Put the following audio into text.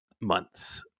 months